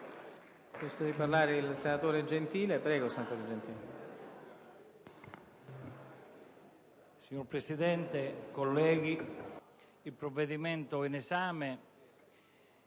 il relatore Gentile